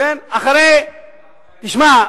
תשמע,